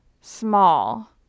small